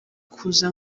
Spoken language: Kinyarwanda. kuza